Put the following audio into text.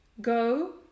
go